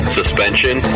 suspension